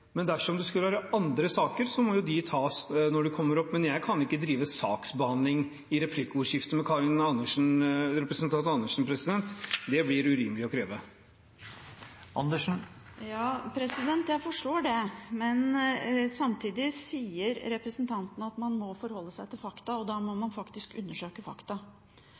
Dersom det skulle være andre saker, må de tas når de kommer. Men jeg kan ikke drive saksbehandling i replikkordskifte med representanten Karin Andersen. Det blir urimelig å kreve. Jeg forstår det, men samtidig sier representanten at man må forholde seg til fakta, og da må man faktisk undersøke fakta.